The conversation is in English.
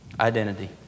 identity